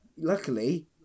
Luckily